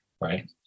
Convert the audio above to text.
right